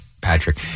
Patrick